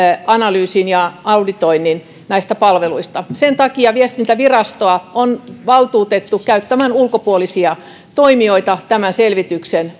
analyysin ja auditoinnin näistä palveluista sen takia viestintävirastoa on valtuutettu käyttämään ulkopuolisia toimijoita tämän selvityksen